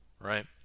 right